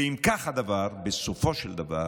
ואם כך הדבר, בסופו של דבר